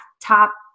top